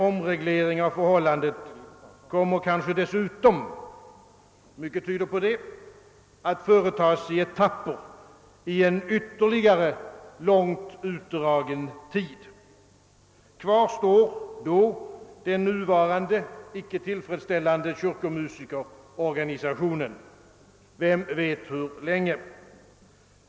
omreglering av förhållandet kyrka—stat kommer kanske dessutom — mycket tyder på det — att företas i etapper i en ytterligare långt utdragen tid. Kvar står då den nuvarande icke tillfredsställande kyrkomusikerorganisationen — vem vet hur länge.